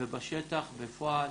ובשטח, בפועל,